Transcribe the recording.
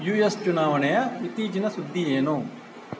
you S ಚುನಾವಣೆಯ ಇತ್ತೀಚಿನ ಸುದ್ದಿ ಏನು